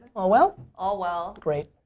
all well? all well. great.